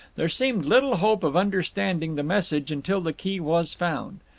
there seemed little hope of understanding the message until the key was found.